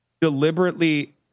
deliberately